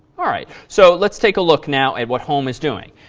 all right. so, let's take a look now and what home is doing.